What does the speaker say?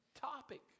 topic